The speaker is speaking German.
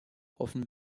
hoffen